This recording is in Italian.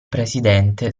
presidente